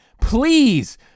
please